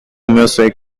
music